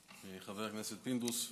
חבר הכנסת פינדרוס,